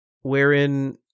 wherein